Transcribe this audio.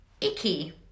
icky